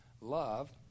Love